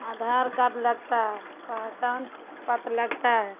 Aadhaar card لگتا ہے پسان پت لگتا ہے